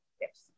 Yes